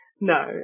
No